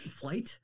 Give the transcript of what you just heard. Flight